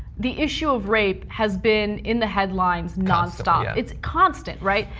the issue of rape has been in the headlines nonstop. it's constant, right?